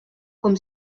com